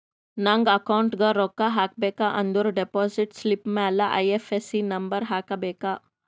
ನಂಗ್ ಅಕೌಂಟ್ಗ್ ರೊಕ್ಕಾ ಹಾಕಬೇಕ ಅಂದುರ್ ಡೆಪೋಸಿಟ್ ಸ್ಲಿಪ್ ಮ್ಯಾಲ ಐ.ಎಫ್.ಎಸ್.ಸಿ ನಂಬರ್ ಹಾಕಬೇಕ